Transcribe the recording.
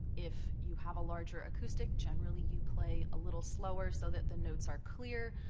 if you have a larger acoustic, generally, you play a little slower so that the notes are clear.